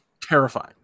Terrifying